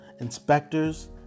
inspectors